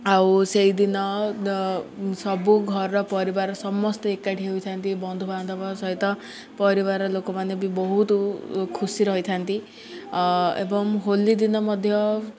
ଆଉ ସେଇଦିନ ସବୁ ଘର ପରିବାର ସମସ୍ତେ ଏକାଠି ହୋଇଥାନ୍ତି ବନ୍ଧୁବାନ୍ଧବ ସହିତ ପରିବାର ଲୋକମାନେ ବି ବହୁତ ଖୁସି ରହିଥାନ୍ତି ଏବଂ ହୋଲି ଦିନ ମଧ୍ୟ